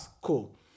cool